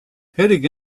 heading